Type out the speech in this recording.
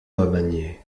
remaniée